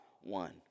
one